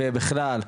ובכלל,